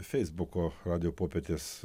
feisbuko radijo popietės